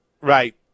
Right